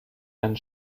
einen